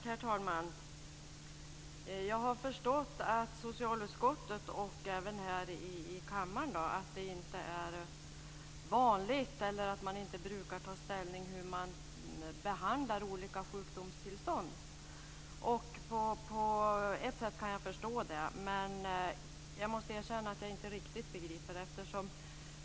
Herr talman! Jag har förstått att det inte är vanligt att man i socialutskottet och här i kammaren tar ställning till hur man behandlar olika sjukdomstillstånd. Jag kan förstå det på ett sätt, men jag begriper det inte riktigt.